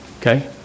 Okay